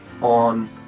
on